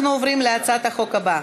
אנחנו עוברים להצעת החוק הבאה,